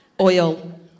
Oil